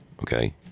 Okay